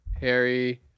Harry